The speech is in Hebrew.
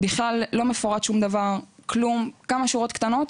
בכלל לא מפורט שום דבר, כלום, כמה שורות קצרות,